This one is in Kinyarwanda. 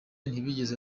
ntibigeze